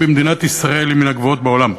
במדינת ישראל היא מן הגבוהות בעולם.